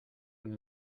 und